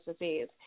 disease